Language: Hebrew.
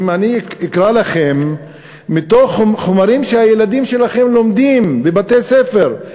אם אני אקרא לכם מתוך חומרים שהילדים שלכם לומדים בבתי-הספר,